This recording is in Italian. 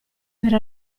per